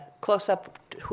close-up